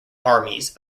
armies